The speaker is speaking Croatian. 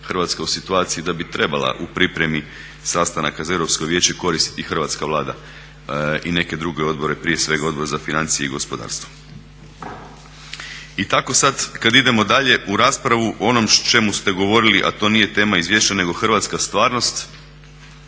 Hrvatska u situaciji da bi trebala u pripremi sastanaka za Europsko vijeće koristiti i Hrvatska Vlada i neke druge odbore, prije svega Odbor za financije i gospodarstvo. I tako sad kad idemo dalje u raspravu o onom o čemu ste govorili, a to nije tema izvješća nego hrvatska stvarnost,